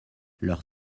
leur